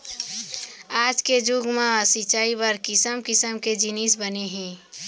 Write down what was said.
आज के जुग म सिंचई बर किसम किसम के जिनिस बने हे